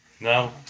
No